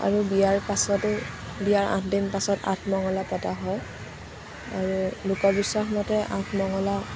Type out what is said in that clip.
আৰু বিয়াৰ পাছতেই বিয়াৰ আঠ দিন পাছত আঠমঙলা পতা হয় আৰু লোকবিশ্বাস মতে আঠমঙলা